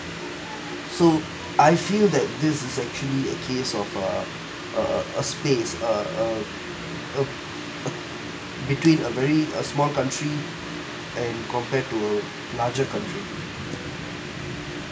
so I feel that this is actually a case of a a a a space a a a a between a very uh small country and compared to larger country